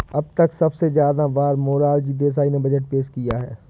अब तक सबसे ज्यादा बार मोरार जी देसाई ने बजट पेश किया है